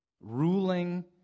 ruling